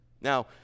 Now